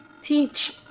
teach